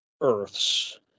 earths